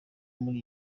muri